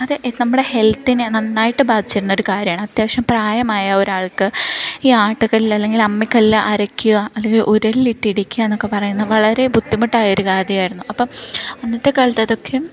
അത് നമ്മുടെ ഹെൽത്തിനെ നന്നായിട്ട് ബാധിച്ചിരുന്നൊരു കാര്യമാണ് അത്യാവശ്യം പ്രായമായ ഒരാൾക്ക് ഈ ആട്ടുകല്ലിൽ അല്ലെങ്കിൽ അമ്മിക്കല്ലിൽ അരയ്ക്കുക അല്ലെങ്കിൽ ഉരലിലിട്ട് ഇടിക്കുക എന്നൊക്കെ പറയുന്നത് വളരെ ബുദ്ധിമുട്ടായൊരു കാര്യമായിരുന്നു അപ്പം അന്നത്തെക്കാലത്ത് അതൊക്കെ